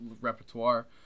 repertoire